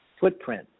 footprint